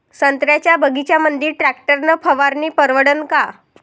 संत्र्याच्या बगीच्यामंदी टॅक्टर न फवारनी परवडन का?